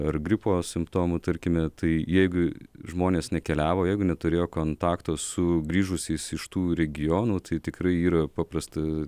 ar gripo simptomų tarkime tai jeigu žmonės nekeliavo jeigu neturėjo kontakto su grįžusiais iš tų regionų tai tikrai yra paprasta